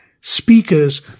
Speakers